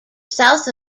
south